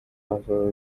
after